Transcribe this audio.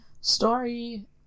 Story